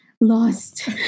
Lost